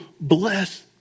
bless